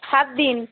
সাত দিন